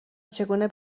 چگونه